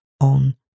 on